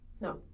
No